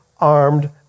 armed